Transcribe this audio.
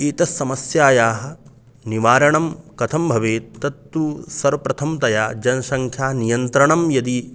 एतत् समस्यायाः निवारणं कथं भवेत् तत्तु सर्वप्रथमतया जनसङ्ख्यानियन्त्रणं यदि